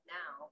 now